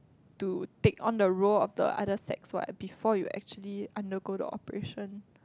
to take on the role of the other sex what before you actually undergo the operation